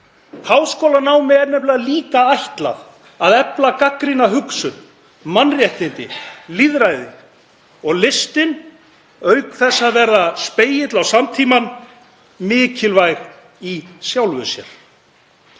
Háskólanámi er nefnilega líka ætlað að efla gagnrýna hugsun, mannréttindi og lýðræði og listin, auk þess að vera spegill á samtímann, er mikilvæg í sjálfu sér.